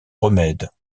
remède